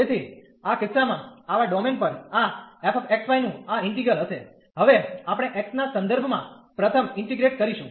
તેથી આ કિસ્સામાં આવા ડોમેન પર આ f x y નું આ ઈન્ટિગ્રલ હશે હવે આપણે x ના સંદર્ભમાં પ્રથમ ઇન્ટીગ્રેટ કરીશું